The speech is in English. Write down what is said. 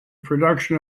production